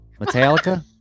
Metallica